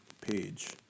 page